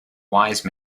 wise